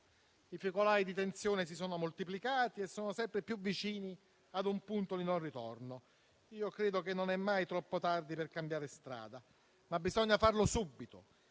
I focolai di tensione si sono moltiplicati e sono sempre più vicini a un punto di non ritorno. Io credo che non sia mai troppo tardi per cambiare strada, ma bisogna farlo subito